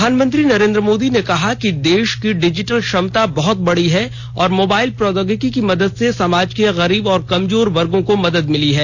प्रधानमंत्री नरेंद्र मोदी ने कहा कि देश की डिजिटल क्षमता बहत बढ़ी है और मोबाइल प्रौद्योगिकी की मदद से समाज के गरीब और कमजोर वर्गो को मदद मिली है